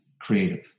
creative